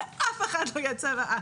לאף אחד לא היה צוואה.